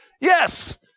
Yes